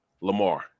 Lamar